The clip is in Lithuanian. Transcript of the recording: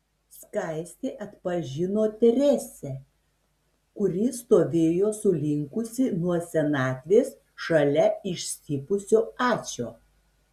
skaistė atpažino teresę kuri stovėjo sulinkusi nuo senatvės šalia išstypusio ačio